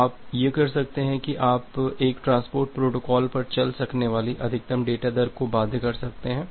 तो आप यह कर सकते हैं कि आप एक ट्रांसपोर्ट प्रोटोकॉल पर चल सकने वाली अधिकतम डेटा दर को बाध्य कर सकते हैं